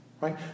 right